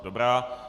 Dobrá.